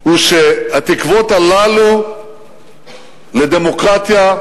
הוא שהתקוות הללו לדמוקרטיה,